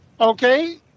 Okay